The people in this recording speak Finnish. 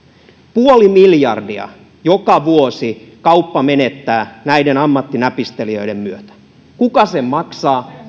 puoli miljardia joka vuosi kauppa menettää näiden ammattinäpistelijöiden myötä kuka sen maksaa